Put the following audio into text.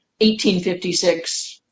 1856 –